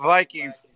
Vikings